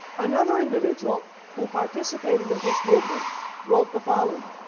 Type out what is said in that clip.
another individual who participated in this movement wrote the following.